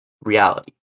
reality